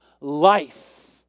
life